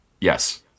Yes